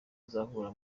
azahura